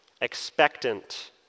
Expectant